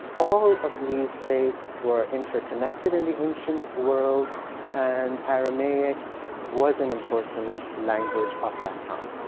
all of these faiths were interconnected in the ancient world and aramaic was an important language of that time.